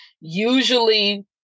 usually